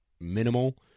minimal